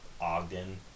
Ogden